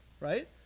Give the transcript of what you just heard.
right